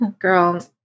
Girl